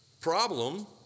problem